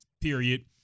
period